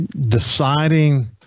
deciding –